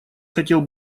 хотел